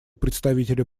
представителя